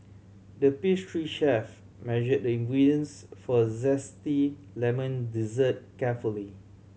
the pastry chef measured the ingredients for zesty lemon dessert carefully